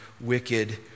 wicked